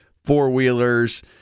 four-wheelers